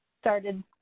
started